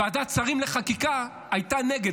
ועדת השרים לחקיקה הייתה נגד.